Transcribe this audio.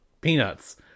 peanuts